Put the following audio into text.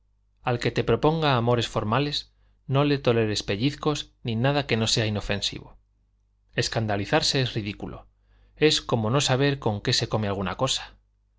al que te proponga amores formales no le toleres pellizcos ni nada que no sea inofensivo escandalizarse es ridículo es como no saber con qué se come alguna cosa